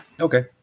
Okay